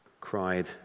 cried